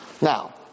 Now